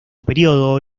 período